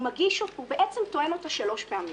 הוא טוען אותה שלוש פעמים.